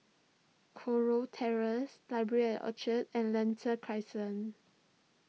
Kurau Terrace Library at Orchard and Lentor Crescent